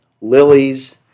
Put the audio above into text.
lilies